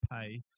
pay